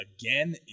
again